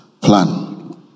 plan